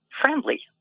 friendly